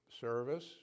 Service